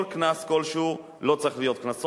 כל קנס כלשהו, לא צריכים להיות קנסות.